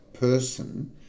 person